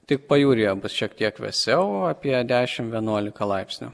tik pajūryje bus šiek tiek vėsiau apie dešimt vienuolika laipsnių